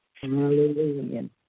Hallelujah